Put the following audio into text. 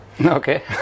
Okay